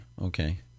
okay